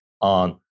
on